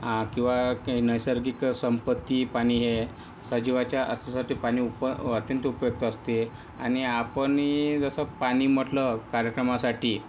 किंवा की नैसर्गिक संपत्ती पाणी हे सहजीवाच्या अस्तित्वासाठी पाणी उप अत्यंत उपयुक्त असते आणि आपणही जसं पाणी म्हटलं कार्यक्रमासाठी